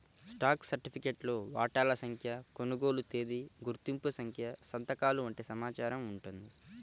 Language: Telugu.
స్టాక్ సర్టిఫికేట్లో వాటాల సంఖ్య, కొనుగోలు తేదీ, గుర్తింపు సంఖ్య సంతకాలు వంటి సమాచారం ఉంటుంది